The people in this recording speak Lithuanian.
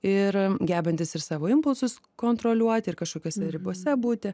ir gebantis ir savo impulsus kontroliuot ir kažkokiose ribose būti